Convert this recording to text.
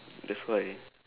that's why